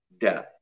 death